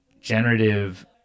generative